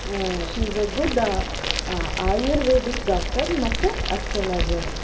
she is a good Ayurvedic doctor ಮತ್ತೆ astrologer